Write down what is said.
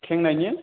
खेंनायनि